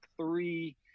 three